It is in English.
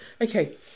Okay